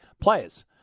players